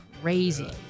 crazy